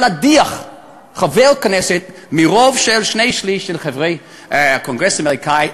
להדיח חבר כנסת ברוב של שני-שלישים של חברי הקונגרס האמריקני,